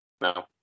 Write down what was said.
No